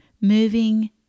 moving